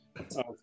Okay